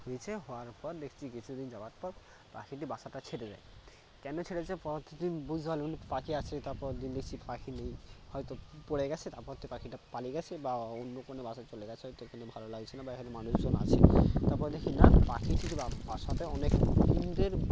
হয়েছে হওয়ার পর দেখছি কিছু দিন যাওয়ার পর পাখিটি বাসাটা ছেড়ে দেয় কেন ছেড়েছে প্রতিদিন বুঝতে পারলাম না পাখি আছে তারপরের দিন দেখছি পাখি নেই হয়তো পড়ে গিয়েছে তারপর থেকে পাখিটা পালিয়ে গিয়েছে বা অন্য কোনো বাসায় চলে গিয়েছে হয়তো এখানে ভালো লাগছে না বা এখানে মানুষজন আছে তারপরে দেখি না পাখিই শুধু বাসাতে অনেক ইঁদুরের